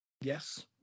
Yes